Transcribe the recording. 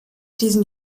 diesen